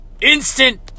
Instant